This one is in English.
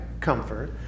comfort